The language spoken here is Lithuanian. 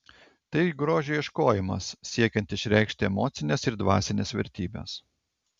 tai grožio ieškojimas siekiant išreikšti emocines ir dvasines vertybes